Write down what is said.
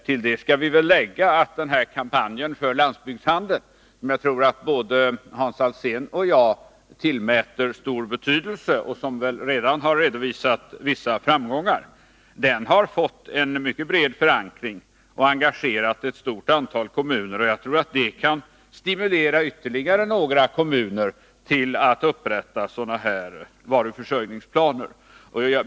Till det skall vi väl lägga att kampanjen för landsbygdshandeln, som jag tror att både Hans Alsén och jag tillmäter stor betydelse och som väl redan har redovisat vissa framgångar, har fått en mycket bred förankring och engagerat ett stort antal kommuner. Jag tror att kampanjen kan stimulera ytterligare några kommuner till att upprätta varuförsörjningsplaner.